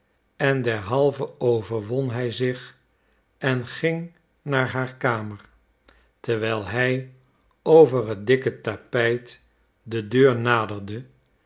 en derhalve overwon hij zich en ging naar haar kamer terwijl hij over het dikke tapijt de deur naderde